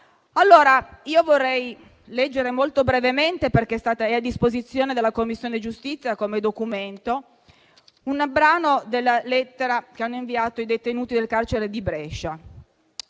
affossata. Vorrei leggere - molto brevemente, perché è stato a disposizione della Commissione giustizia come documento - un brano della lettera che hanno inviato i detenuti del carcere di Brescia.